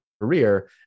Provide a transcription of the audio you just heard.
career